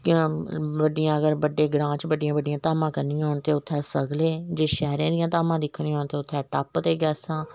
बड्डियां अगर बड्डे ग्रांऽ च बड्डियां बड्डियां धामां करनियां होन ते उ'त्थें सगले जेकर शैह्रे दियां धामां दिक्खनियां होन ते उ'त्थें टप ते गैसां